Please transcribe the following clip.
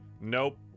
Nope